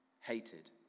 hated